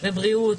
בבריאות,